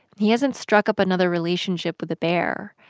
he hasn't struck up another relationship with a bear,